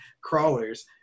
crawlers